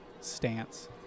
Stance